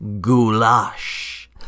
goulash